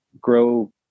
grow